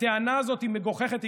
הטענה הזאת היא מגוחכת,